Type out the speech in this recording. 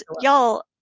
y'all